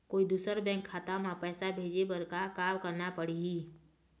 कोई दूसर बैंक खाता म पैसा भेजे बर का का करना पड़ही?